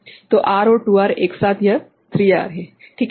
तो R और 2R एक साथ यह 3R है ठीक है